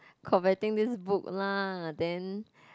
commenting this book lah then